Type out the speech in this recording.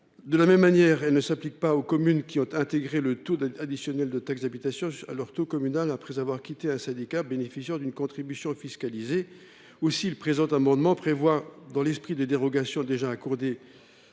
De la même manière, elles ne s’appliquent pas aux communes qui ont intégré le taux additionnel de taxe d’habitation à leur taux communal après avoir quitté un syndicat bénéficiant d’une contribution fiscalisée. Aussi, le présent amendement vise à prévoir, dans l’esprit des dérogations déjà accordées